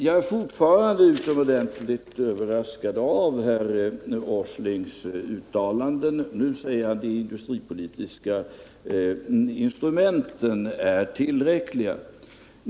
Jag är fortfarande utomordentligt överraskad av herr Åslings uttalanden. Nu säger han att de industripolitiska instrumenten är tillräckliga.